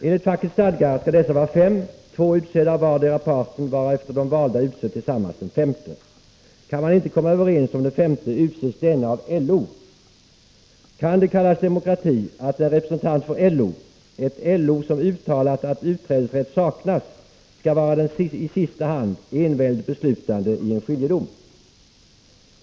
Enligt fackets stadgar skall dessa vara fem, två utsedda av vardera parten varefter de valda tillsammans utser den femte. Kan man inte komma överens om den femte utses denna av LO! Kan det kallas demokrati att en representant för LO, ett LO som uttalat att utträdesrätt saknas, skall vara den i sista hand enväldigt beslutande i en skiljedom?